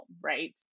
right